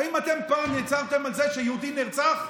האם אתם פעם הצרתם על זה שיהודי נרצח?